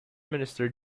minister